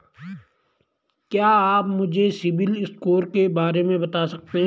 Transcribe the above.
क्या आप मुझे सिबिल स्कोर के बारे में बता सकते हैं?